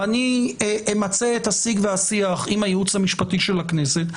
אני אמצה את הסיג והשיח עם הייעוץ המשפטי של הכנסת,